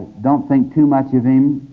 don't think too much of him.